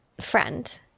friend